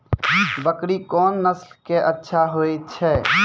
बकरी कोन नस्ल के अच्छा होय छै?